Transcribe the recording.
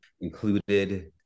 included